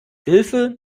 hilfe